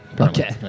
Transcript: Okay